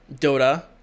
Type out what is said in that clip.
Dota